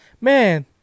Man